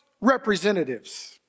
representatives